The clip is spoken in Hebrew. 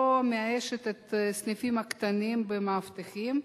לא מאיישת את הסניפים הקטנים במאבטחים,